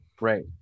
right